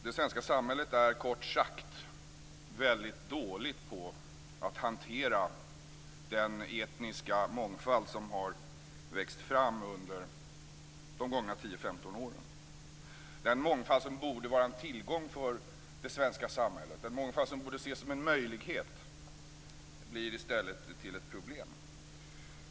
Det svenska samhället är kort sagt väldigt dåligt på att hantera den etniska mångfald som har växt fram under de gångna 10-15 åren. Den mångfald som borde vara en tillgång för det svenska samhället, den mångfald som borde ses som en möjlighet, blir i stället till ett problem.